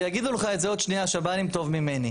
ויגידו לך את זה עוד שנייה השב"נים טוב ממני,